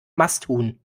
masthuhn